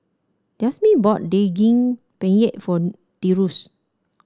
Yasmeen bought Daging Penyet for Tyrus